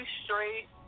straight